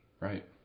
Right